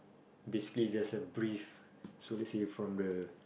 display just a brief so let's say from the